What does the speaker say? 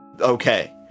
okay